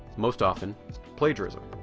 most often plagiarism.